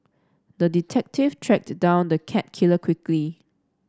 the detective tracked down the cat killer quickly